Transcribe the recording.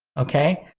okay?